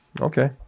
Okay